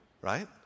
Right